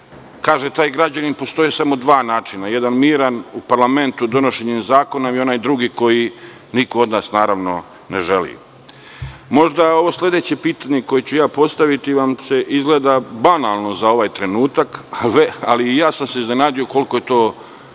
Kaže taj građanin da postoje samo dva načina, jedan miran, u parlamentu donošenjem zakona, i onaj drugi koji niko od nas naravno ne želi. Možda će vam ovo sledeće pitanje koje ću postaviti izgledati banalno za ovaj trenutak, ali i ja sam se iznenadio koliko je to